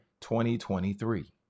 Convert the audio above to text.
2023